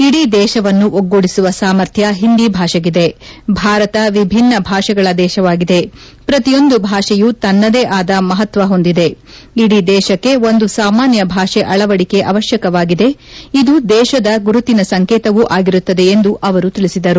ಇಡೀ ದೇಶವನ್ನು ಒಗ್ಗೂಡಿಸುವ ಸಾಮರ್ಥ್ಯ ಹಿಂದಿ ಭಾಷೆಗಿದೆ ಭಾರತ ವಿಭಿನ್ನ ಭಾಷೆಗಳ ದೇಶವಾಗಿದೆ ಪ್ರತಿಯೊಂದು ಭಾಷೆಯೂ ತನ್ನದೇ ಆದ ಮಪತ್ವ ಹೊಂದಿದೆ ಇಡೀ ದೇಶಕ್ಕೆ ಒಂದು ಸಾಮಾನ್ಯ ಭಾಷೆ ಅಳವಡಿಕೆ ಅವಶ್ಯಕವಾಗಿದೆ ಇದು ದೇಶದ ಗುರುತಿನ ಸಂಕೇತವೂ ಅಗಿರುತ್ತದೆ ಎಂದು ಅವರು ತಿಳಿಸಿದರು